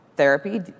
Therapy